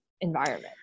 environment